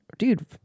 Dude